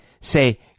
say